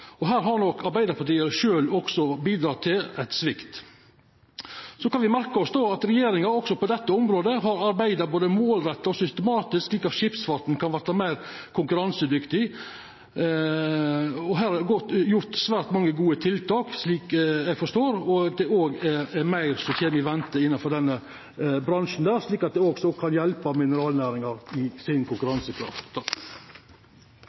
Her har nok Arbeiderpartiet sjølv også bidratt til ein svikt. Me kan merkja oss at regjeringa også på dette området har arbeidd både målretta og systematisk slik at skipsfarten kan verta meir konkurransedyktig. Her er det gjort svært mange gode tiltak, etter det eg forstår, og det er meir i vente innanfor denne bransjen, slik at det kan hjelpa mineralnæringa